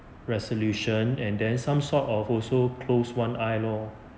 resolution and there's some sort of also close one eye lor